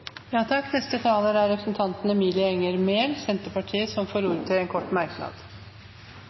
Emilie Enger Mehl har hatt ordet to ganger tidligere i debatten og får ordet til en kort merknad,